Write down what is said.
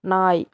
நாய்